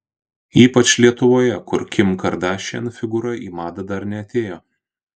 ypač lietuvoje kur kim kardashian figūra į madą dar neatėjo